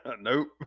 nope